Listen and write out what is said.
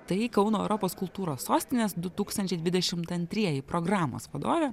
tai kauno europos kultūros sostinės du tūkstančiai dvidešimt antrieji programos vadovė